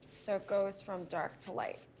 so it goes from dark to light.